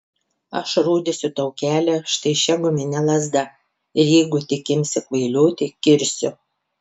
aš rodysiu tau kelią štai šia gumine lazda ir jeigu tik imsi kvailioti kirsiu